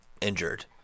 injured